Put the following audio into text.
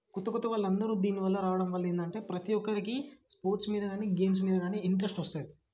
కొత్త కొత్త వాళ్ళందరూ దీనివల్ల రావడం వల్ల ఏంటంటే ప్రతీ ఒక్కరికీ స్పోర్ట్స్ మీద కానీ గేమ్స్ మీద కానీ ఇంట్రెస్ట్ వస్తుంది